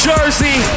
Jersey